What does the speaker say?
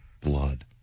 Blood